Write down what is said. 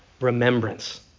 remembrance